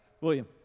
William